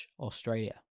Australia